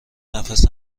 نفس